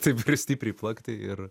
taip stipriai plakti ir